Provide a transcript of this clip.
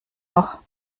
noch